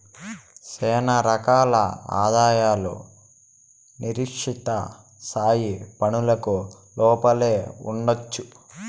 శానా రకాల ఆదాయాలు నిర్దిష్ట స్థాయి పన్నులకు లోపలే ఉండొచ్చు